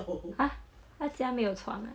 !huh! 他家没有床 ah